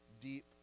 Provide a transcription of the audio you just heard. deep